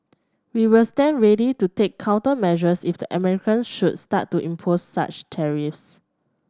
we will stand ready to take countermeasures if the American should start to impose such tariffs